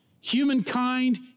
humankind